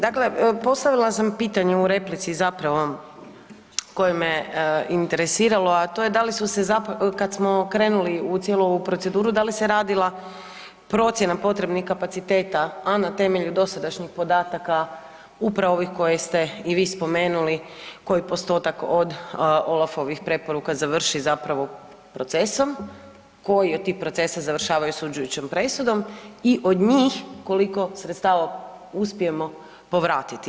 Dakle, postavila sam pitanje u replici zapravo koje me interesiralo a to je da li su se, kad smo krenuli u cijelu ovu proceduru, da li se radila procjena potrebnih kapaciteta a na temelju dosadašnjih podataka upravo ovih koje ste i vi spomenuli, koji postotak od OLAF-ovih preporuka završi zapravo procesom, koji od tih procesa završavaju osuđujućom presudom i od njih, koliko sredstava uspijemo povratiti.